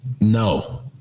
No